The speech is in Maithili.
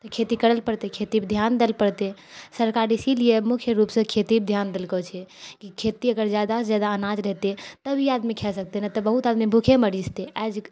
तऽ खेती करै लए पड़ते खेती पर ध्यान देइ लए पड़तै सरकार इसिलिए मुख्य रूपसँ खेती पर ध्यान देलको छै कि खेती अगर जादासँ जादा अनाज रहते तभी आदमी खाइ सकते नहि तऽ बहुतो आदमी भुखे मरि जेतै आइ जे